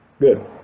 Good